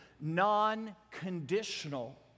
non-conditional